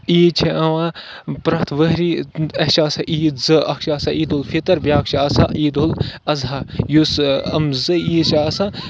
عیٖد چھےٚ یِوان پرٛٮ۪تھ وہری اَسہِ چھِ آسان عیٖد زٕ اَکھ چھِ آسان عیٖد الفطر بیٛاکھ چھِ آسان عیٖد الضحیٰ یُس یِم زٕ عیٖد چھِ آسان